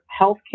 healthcare